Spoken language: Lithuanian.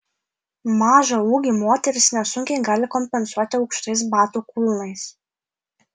mažą ūgį moterys nesunkiai gali kompensuoti aukštais batų kulnais